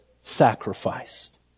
sacrificed